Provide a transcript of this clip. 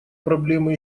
проблемы